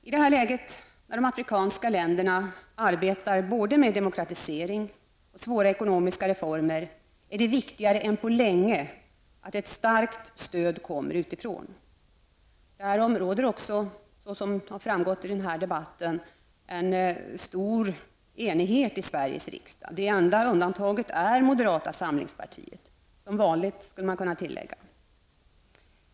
I detta läge, när de afrikanska länderna arbetar både med demokratisering och med svåra ekonomiska reformer, är det viktigare än på länge med ett starkt stöd utifrån. Därom råder också, som framgått av den här debattten, en stor enighet i Sveriges riksdag. Det enda undantaget är moderata samlingspartiet -- som vanligt, skulle jag kunna tillägga.